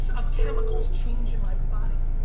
so chemicals change in my body.